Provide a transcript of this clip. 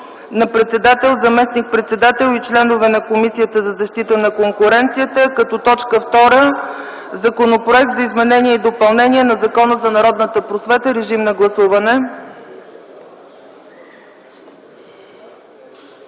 на председател, заместник-председател и членове на Комисията за защита на конкуренцията, а като точка втора – Законопроект за изменение и допълнение на Закона за народната просвета. Гласували